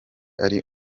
ari